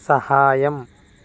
సహాయం